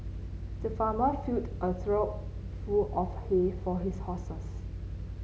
the farmer filled a trough full of hay for his horses